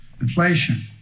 inflation